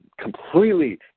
completely